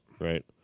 right